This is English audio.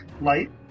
light